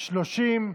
בוועדת השרים,